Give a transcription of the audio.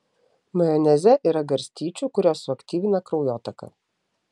majoneze yra garstyčių kurios suaktyvina kraujotaką